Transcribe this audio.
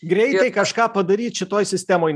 greitai kažką padaryt šitoj sistemoj